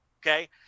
okay